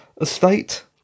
estate